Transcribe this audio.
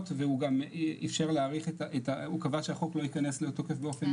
ואם יחילו את החוק כמו שהוא אז המעבדות הפרטיות לא יוכלו לעבוד.